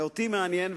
ואותי מעניין,